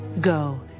Go